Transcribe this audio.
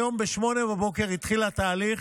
היום ב-08:00 התחיל התהליך.